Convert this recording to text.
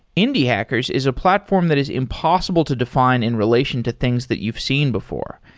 indie hackers is a platform that is impossible to define in relation to things that you've seen before.